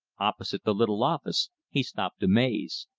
opposite the little office he stopped amazed.